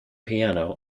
piano